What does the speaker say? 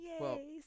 Yay